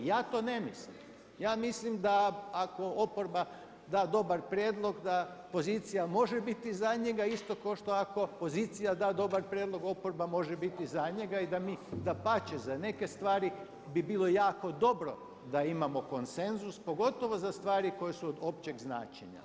Ja to ne mislim, ja mislim da ako oporba da dobar prijedlog da pozicija može biti za njega isto kao što i ako pozicija da dobar prijedlog oporba može biti za njega i da mi dapače za neke stvari bi bilo jako dobro da imamo konsenzus pogotovo za stvari koje su od općeg značenja.